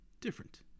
different